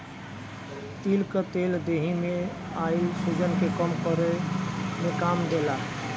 तिल कअ तेल देहि में आइल सुजन के कम करे में काम देला